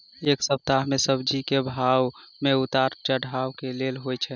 एक सप्ताह मे सब्जी केँ भाव मे उतार चढ़ाब केल होइ छै?